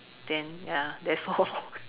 then ya that's all lor